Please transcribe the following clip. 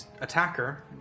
attacker